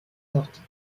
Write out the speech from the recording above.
sortie